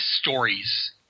stories